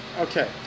Okay